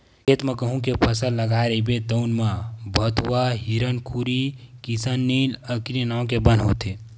खेत म गहूँ के फसल लगाए रहिबे तउन म भथुवा, हिरनखुरी, किसननील, अकरी नांव के बन होथे